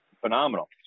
phenomenal